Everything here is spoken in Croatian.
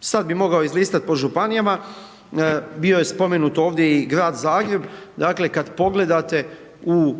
Sad bi mogao izlistat po županijama, bio je spomenut ovdje i Grad Zagreb, dakle, kad pogledate u